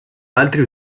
altri